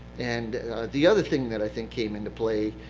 and the other thing that i think came into play,